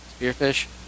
spearfish